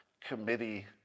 committee